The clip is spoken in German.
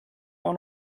war